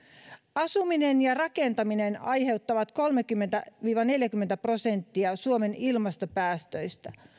asuminen ja rakentaminen aiheuttavat kolmekymmentä viiva neljäkymmentä prosenttia suomen ilmastopäästöistä